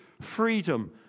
freedom